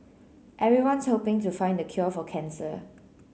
everyone's hoping to find the cure for cancer